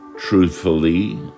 Truthfully